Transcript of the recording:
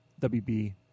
WB